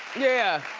yeah.